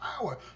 power